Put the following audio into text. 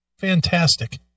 Fantastic